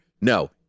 No